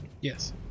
yes